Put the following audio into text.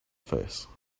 face